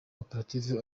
koperative